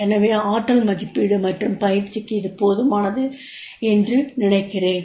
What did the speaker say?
எனவே ஆற்றல் மதிப்பீடு மற்றும் பயிற்சிக்கு இது போதுமானது என்று நான் நினைக்கிறேன்